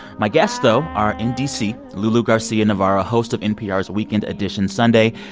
my guests, though, are in d c. lulu garcia-navarro, host of npr's weekend edition sunday,